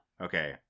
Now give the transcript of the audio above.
Okay